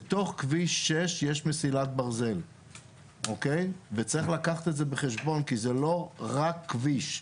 בתוך כביש 6 יש מסילת ברזל וצריך לקחת את זה בחשבון כי זה לא רק כביש.